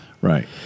Right